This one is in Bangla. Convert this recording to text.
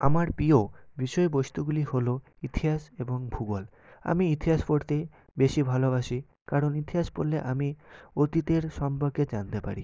আমার প্রিয় বিষয় বস্তুগুলি হলো ইতিহাস এবং ভূগোল আমি ইতিহাস পড়তে বেশি ভালোবাসি কারণ ইতিহাস পড়লে আমি অতীতের সম্পর্কে জানতে পারি